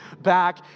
back